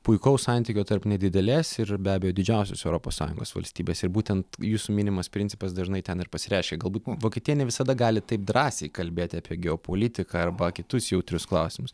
puikaus santykio tarp nedidelės ir be abejo didžiausios europos sąjungos valstybės ir būtent jūsų minimas principas dažnai ten ir pasireiškia galbūt vokietija ne visada gali taip drąsiai kalbėt apie geopolitiką arba kitus jautrius klausimus